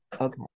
okay